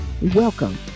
Welcome